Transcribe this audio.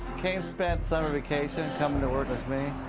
caine spent summer vacation coming to work with me.